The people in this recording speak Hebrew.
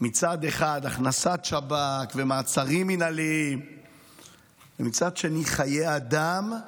מצד אחד הכנסת שב"כ ומעצרים מינהליים ומצד שני חיי אדם,